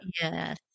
Yes